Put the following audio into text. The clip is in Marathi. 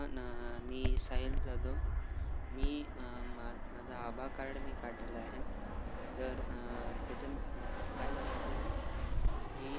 ना मी साईल जादव मी मा माझं आभा कार्ड मी काढलेलं आहे तर त्याचं काय झालं तर की